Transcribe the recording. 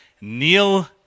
Neil